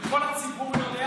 וכל הציבור יודע,